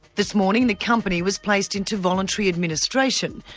this morning the company was placed into voluntary administration,